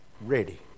Ready